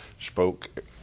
spoke